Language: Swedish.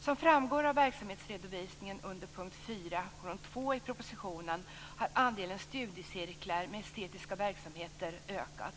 Som framgår av verksamhetsredovisningen under punkt 4.2 i propositionen har andelen studiecirklar med estetiska verksamheter ökat.